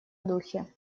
духе